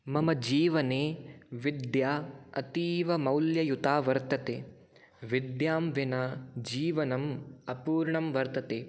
मम जीवने विद्या अतीवमौल्ययुता वर्तते विद्यां विना जीवनम् अपूर्णं वर्तते